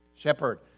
Shepherd